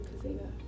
casino